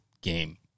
game